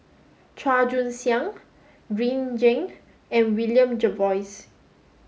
Chua Joon Siang Green Zeng and William Jervois